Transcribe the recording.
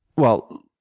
well,